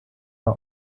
war